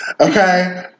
Okay